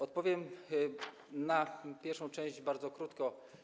Odpowiem na pierwszą część bardzo krótko.